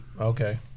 Okay